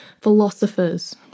philosophers